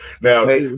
Now